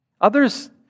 Others